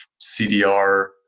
CDR